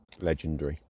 legendary